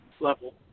level